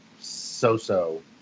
so-so